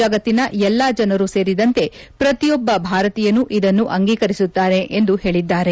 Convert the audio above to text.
ಜಗತ್ತಿನ ಎಲ್ಲಾ ಜನರು ಸೇರಿದಂತೆ ಪ್ರತಿಯೊಬ್ಬ ಭಾರತೀಯನು ಇದನ್ನು ಅಂಗೀಕರಿಸುತ್ತಾರೆ ಎಂದು ಹೇಳಿದ್ದಾರೆ